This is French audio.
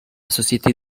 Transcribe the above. société